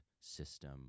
system